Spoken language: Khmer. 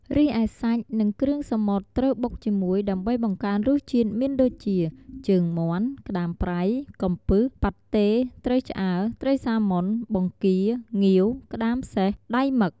រីឯសាច់និងគ្រឿងសមុទ្រត្រូវបុកជាមួយដើម្បីបង្កើនរសជាតិមានដូចជា ជើងមាន់ ក្ដាមប្រៃ កំពឹស ប៉ាត់តេ ត្រីឆ្អើរ ត្រីសាម៉ុន បង្គា ងាវ ក្ដាមសេះ ដៃមឹក។